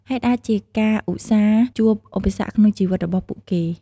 ហេតុអាចជាការឧស្សាហជួបឧបសគ្គក្នុងជីវិតរបស់ពួកគេ។